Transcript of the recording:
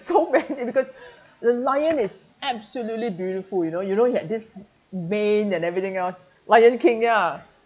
so many because the lion is absolutely beautiful you know you had this mane and everything else lion king ya